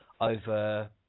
over